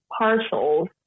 partials